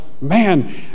man